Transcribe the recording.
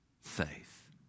faith